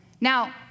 Now